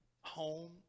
home